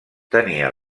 tenia